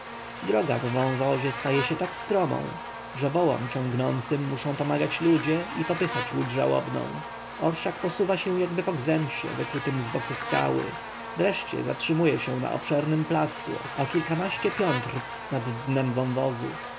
droga w wąwozie staje się tak stromą że wołom ciągnącym muszą pomagać ludzie i popychać łódź żałobną orszak posuwa się jakby po gzymsie wykutym z boku skały wreszcie zatrzymuje się na obszernym placu o kilkanaście piętr nad dnem wąwozu